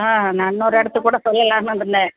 ஆ நான் இன்னொரு இடத்துக்குக் கூட சொல்லலாம்னு இருந்தேன்